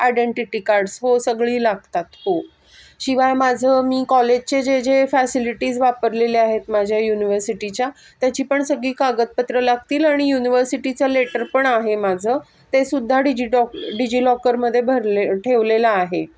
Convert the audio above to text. identity cards हो सगळी लागतात हो शिवाय माझं मी कॉलेजचे जे जे फॅसिलिटीज वापरलेले आहेत माझ्या युनिव्हर्सिटीच्या त्याची पण सगळी कागदपत्रं लागतील आणि युनिव्हर्सिटीचं लेटर पण आहे माझं ते सुद्धा डिजिटॉ डिजिलॉकरमध्ये भरले ठेवलेलं आहे